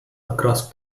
across